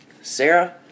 Sarah